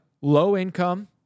low-income